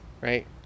right